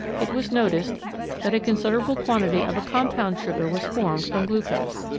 it was noticed that a considerable quantity of a compound sugar was formed from glucose.